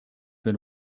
been